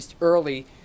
early